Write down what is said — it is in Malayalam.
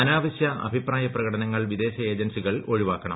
അനാവശ്യ അഭിപ്രായ പ്രകടനങ്ങൾ വിദേശ ഏജൻസികൾ ഒഴിവാക്കണം